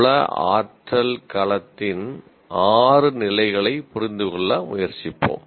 உள ஆற்றல் களத்தின் 6 நிலைகளைப் புரிந்துகொள்ள முயற்சிப்போம்